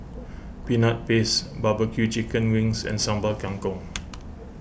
Peanut Paste Barbecue Chicken Wings and Sambal Kangkong